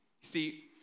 see